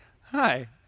Hi